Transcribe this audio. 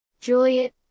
Juliet